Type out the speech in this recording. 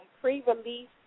pre-release